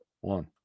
one